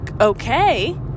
okay